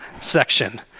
section